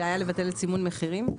לבטל סימון מחירים?